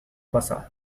pasado